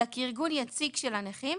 אלא כארגון יציג של הנכים,